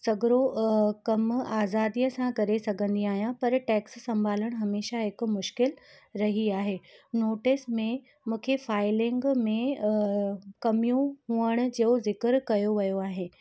सगरो कम आजादीअ सां करे सघंदी आहियां पर टैक्स संभालण हमेशह हिकु मुश्किलु रही आहे नोटिस में मूंखे फाइलिंग में कमियूं होअण जो जिकर कयो वियो आहे